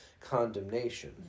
condemnation